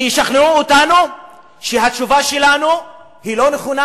שישכנעו אותנו שהתשובה שלנו היא לא נכונה,